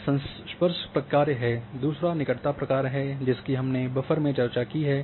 एक संस्पर्श प्रक्रिया है दूसरा निकटता प्रक्रिया जिसकी हमने बफर में चर्चा की है